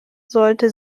sollte